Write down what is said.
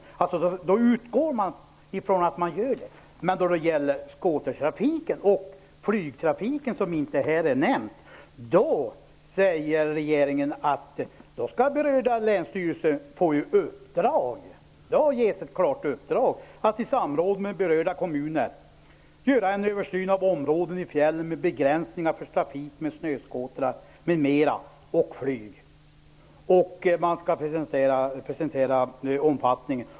Regeringen utgår från detta. Men när det gäller skotertrafiken och flygtrafiken, som inte nämns här, säger regeringen att berörda länsstyrelser skall få i uppdrag att i samråd med berörda kommuner göra en översyn av området i fjällen med begränsningar för trafik med snöskotrar m.m. och flyg. Man skall också redogöra för omfattningen.